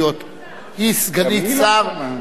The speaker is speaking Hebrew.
היא סגנית שר עם עתיד.